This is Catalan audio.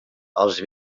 els